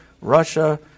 Russia